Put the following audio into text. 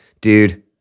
dude